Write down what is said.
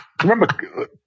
remember